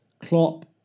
Klopp